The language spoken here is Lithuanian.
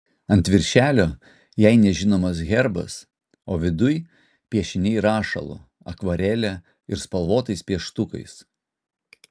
ant viršelio jai nežinomas herbas o viduj piešiniai rašalu akvarele ir spalvotais pieštukais